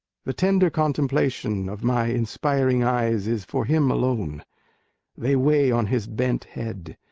the tender contemplation of my inspiring eyes is for him alone they weigh on his bent head,